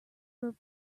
were